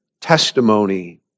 testimony